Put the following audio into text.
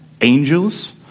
angels